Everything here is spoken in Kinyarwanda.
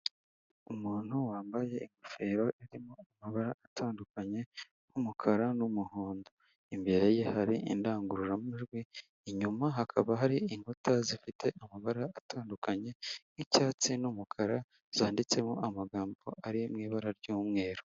Umuntu wambaye ingofero arimo amabara atandukanye y'umukara n'umuhondo, imbere ye hari indangururamajwi, inyuma hakaba hari inkuta zifite amabara atandukanye y'icyatsi n'umukara zanditsemo amagambo ari mu ibara ry'umweru.